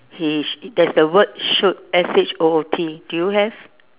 he there's the word shoot S H O O T do you have